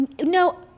No